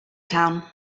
town